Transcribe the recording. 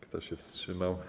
Kto się wstrzymał?